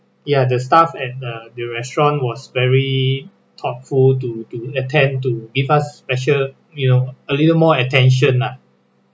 ya the staff at uh the restaurant was very thoughtful to to attend to give us special you know a little more attention lah